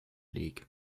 league